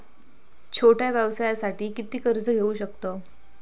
छोट्या व्यवसायासाठी किती कर्ज घेऊ शकतव?